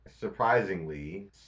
surprisingly